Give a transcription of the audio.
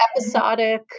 episodic